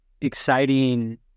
exciting